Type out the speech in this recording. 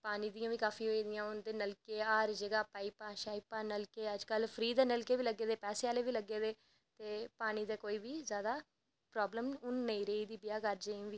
पानी दियां बी भाखी होई दियां अज्ज कल ते नलके हर जगाह् पाईपां नलके अज्ज कल फ्री दे नलके बी लग्गे दे पैसे आह्ले बी लग्गे दे ते पानी दा कोई बी जादा प्रावलम नेईं रेह् दी ब्याह् कारजें गी बी